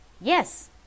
Yes